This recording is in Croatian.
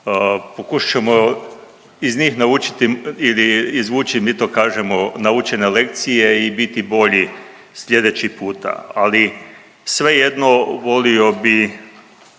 izvući, mi to kažemo naučene lekcije i biti bolji sljedeći puta. Ali svejedno volio bi